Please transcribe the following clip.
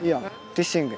jo teisingai